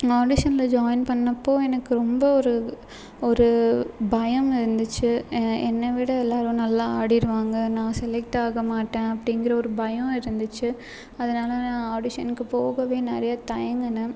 ஆடிஷனில் join பண்ணிணப்போ எனக்கு ரொம்ப ஒரு ஒரு பயம் இருந்துச்சு என்னை விட எல்லாரும் நல்லா ஆடிருவாங்க நான் செலக்ட் ஆக மாட்டேன் அப்படிங்கிற ஒரு பயம் இருந்துச்சு அதனால் நான் ஆடிஷன்கு போக நிறைய தயங்குனேன்